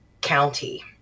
county